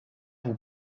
vous